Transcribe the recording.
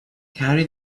carry